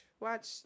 watch